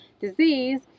disease